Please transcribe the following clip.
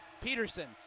Peterson